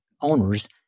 owners